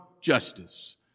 justice